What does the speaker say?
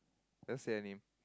what's her name